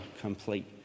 complete